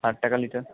ষাট টাকা লিটার